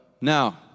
Now